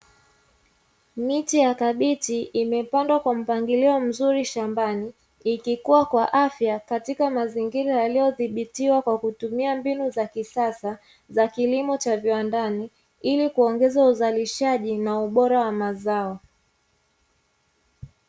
Miti ya kabichi imepangwa kwa mpangilio mzuri shambani ikikua kwa afya katika mazingira yaliyozibitiwa kwa kutumia mbinu za kisasa za viwandani, ili kuongeza uzalishaji na ubora wa mazao.